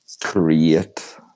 create